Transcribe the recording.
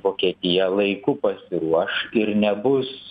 vokietija laiku pasiruoš ir nebus